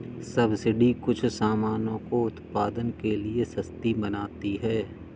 subsidy कुछ सामानों को उत्पादन के लिए सस्ती बनाती है